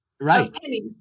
right